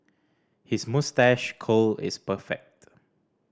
his moustache curl is perfect